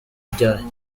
byayo